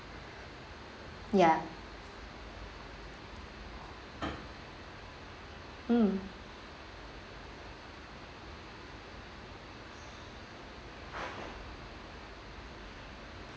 ya mm